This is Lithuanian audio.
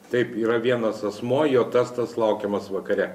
taip yra vienas asmuo jo testas laukiamas vakare